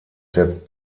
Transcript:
der